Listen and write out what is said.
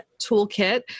toolkit